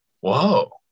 whoa